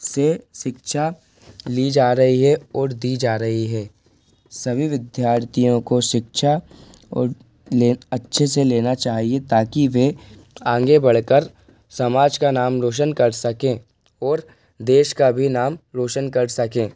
से शिक्षा ली जा रही है और दी जा रही है सभी विद्यार्थियों को शिक्षा और ले अच्छे से लेना चाहिए ताकि वे आगे बढ़कर समाज का नाम रौशन कर सकें और देश का भी नाम रौशन कर सकें